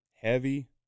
Heavy